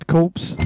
Corpse